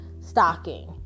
stocking